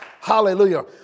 Hallelujah